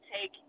take